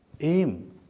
aim